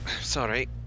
Sorry